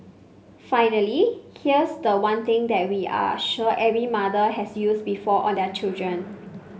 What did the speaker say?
finally here's the one thing that we are sure every mother has used before on their children